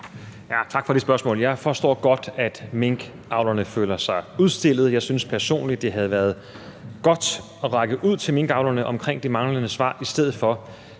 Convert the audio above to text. Tak for det spørgsmål. Jeg forstår godt, at minkavlerne føler sig udstillet. Jeg synes personligt, at det havde været godt at række ud til minkavlerne omkring det manglende svar, i stedet for